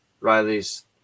Riley's